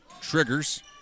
triggers